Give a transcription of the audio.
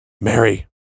Mary